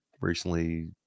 recently